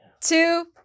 two